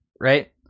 right